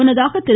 முன்னதாக திரு